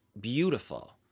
Beautiful